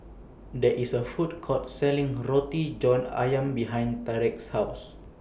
There IS A Food Court Selling Roti John Ayam behind Tyrek's House